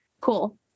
Cool